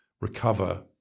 recover